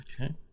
Okay